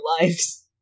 lives